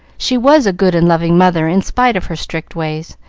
she was a good and loving mother in spite of her strict ways,